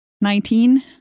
Nineteen